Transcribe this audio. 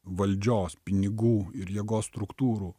valdžios pinigų ir jėgos struktūrų